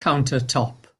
countertop